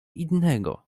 innego